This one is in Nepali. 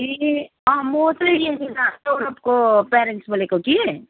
ए अँ म चाहिँ को प्यारेन्ट्स बोलेको कि